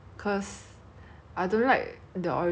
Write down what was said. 你不会觉得很干 meh 好像你咬 then